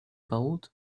vault